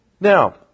Now